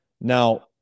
Now